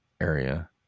area